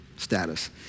Status